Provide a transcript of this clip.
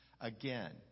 Again